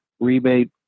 rebate